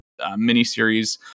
miniseries